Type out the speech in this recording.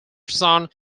son